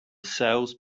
sales